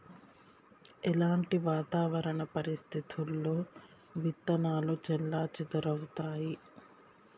ఎలాంటి వాతావరణ పరిస్థితుల్లో విత్తనాలు చెల్లాచెదరవుతయీ?